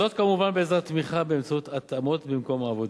זאת כמובן בעזרת תמיכה באמצעות התאמות במקום העבודה,